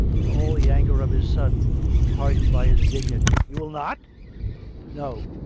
with all the anger of his son hardened by his dignity. you will not no.